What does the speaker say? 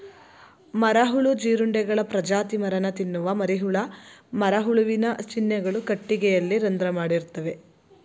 ಮರಹುಳು ಜೀರುಂಡೆಗಳ ಪ್ರಜಾತಿ ಮರನ ತಿನ್ನುವ ಮರಿಹುಳ ಮರಹುಳುವಿನ ಚಿಹ್ನೆಗಳು ಕಟ್ಟಿಗೆಯಲ್ಲಿ ರಂಧ್ರ ಮಾಡಿರ್ತವೆ